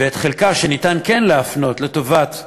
ואת החלק שניתן כן להפנות לטובת החקלאות,